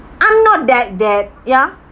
I'm not that that ya